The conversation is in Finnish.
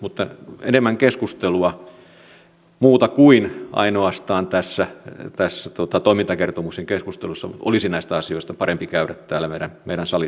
mutta enemmän keskustelua muuta keskustelua kuin ainoastaan tästä toimintakertomuksesta olisi näistä samoista asioista parempi käydä täällä meidän salissakin